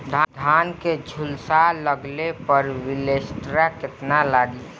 धान के झुलसा लगले पर विलेस्टरा कितना लागी?